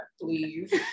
please